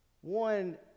One